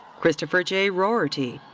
christopher j. roerty.